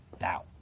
now